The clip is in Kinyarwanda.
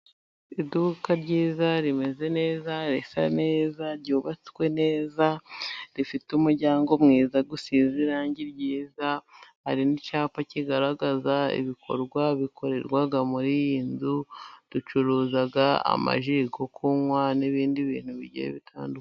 Iduka ryiza, rimeze neza, risa neza, ryubatswe neza, rifite umuryango mwiza, usize irangi ryiza, hari n'icyapa kigaragaza ibikorwa bikorerwa muri iyi nzu, ducuruza amaji yo kunywa, n'ibindi bintu bigiye bitandukanye.